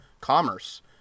commerce